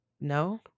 no